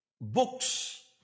books